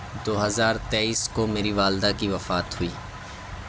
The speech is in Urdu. دو ہزار تیئیس کو میری والدہ کی وفات ہوئی